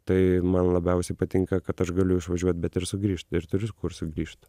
tai man labiausiai patinka kad aš galiu išvažiuot bet ir sugrįžt ir turiu kur sugrįžt